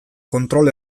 kontrol